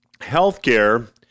healthcare